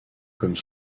comme